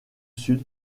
sud